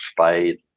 spade